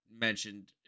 Mentioned